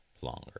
longer